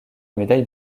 médaille